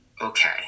okay